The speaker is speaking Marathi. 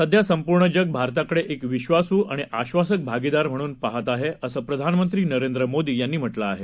सध्या संपूर्ण जग भारताकडे एक विश्वासू आणि आश्वासक भागीदार म्हणून पाहत आहे असं प्रधानमंत्री नरेंद्र मोदी यांनी म्हटलं आहे